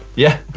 yeah. but